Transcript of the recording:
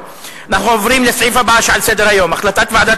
אנו עוברים לסעיף הבא על סדר-היום: החלטת ועדת